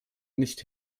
nicht